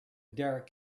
derek